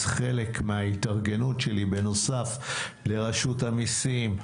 חלק מההתארגנות שלי בנוסף לרשות המיסים,